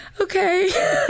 okay